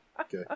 Okay